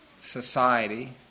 society